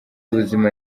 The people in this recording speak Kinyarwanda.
w’ubuzima